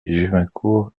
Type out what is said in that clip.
juvincourt